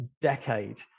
decade